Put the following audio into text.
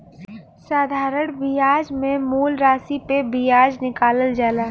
साधारण बियाज मे मूल रासी पे बियाज निकालल जाला